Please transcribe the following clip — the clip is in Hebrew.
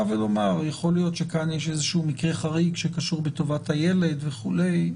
ולומר שיכול להיות שכאן יש איזשהו מקרה חריג שקשור בטובת הילד וכולי.